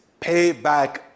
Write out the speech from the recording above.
payback